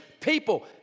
people